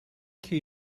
key